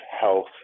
health